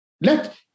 let